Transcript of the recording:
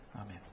Amen